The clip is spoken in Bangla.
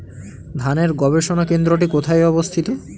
ধানের গবষণা কেন্দ্রটি কোথায় অবস্থিত?